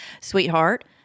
sweetheart